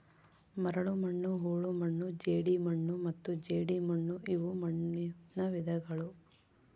ಮರಳುಮಣ್ಣು ಹೂಳುಮಣ್ಣು ಜೇಡಿಮಣ್ಣು ಮತ್ತು ಜೇಡಿಮಣ್ಣುಇವು ಮಣ್ಣುನ ವಿಧಗಳು